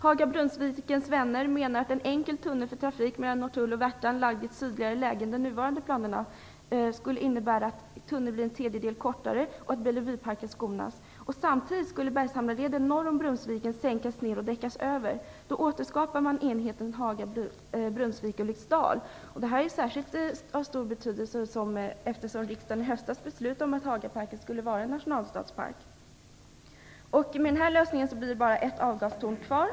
Haga-Brunnsvikens vänner menar att en enkel tunnel för trafik mellan Norrtull och Värtan, lagd i ett sydligare läge än i de nuvarande planerna, skulle innebära att tunneln blev en tredjedel kortare och att Bellevueparken skonades. Samtidigt skulle Bergshamraleden norr om Brunnsviken sänkas ner och däckas över för att återskapa enheten Haga Brunnsviken-Ulriksdal. Detta är av särskilt stor betydelse, eftersom riksdagen i höstas beslutade om att Hagaparken skulle vara en nationalstadspark. Med denna lösning skulle det bara bli ett avgastorn kvar.